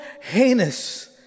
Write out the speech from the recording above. heinous